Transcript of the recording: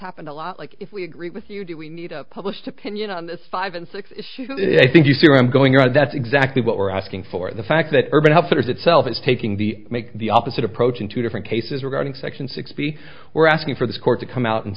happened a lot like if we agree with you do we need a published opinion on this five and six issues i think you see where i'm going or that's exactly what we're asking for the fact that urban outfitters itself is taking the make the opposite approach in two different cases regarding section sixty we're asking for this court to come out and